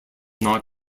not